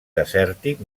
desèrtic